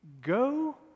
Go